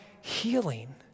healing